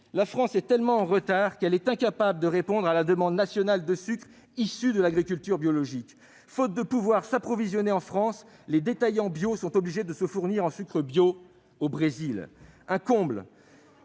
La France est tellement en retard qu'elle est incapable de répondre à la demande nationale de sucre issue de l'agriculture biologique. Faute de pouvoir s'approvisionner en France, les détaillants bio sont obligés de se fournir au Brésil- un comble,